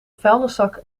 vuilniszak